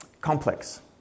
complex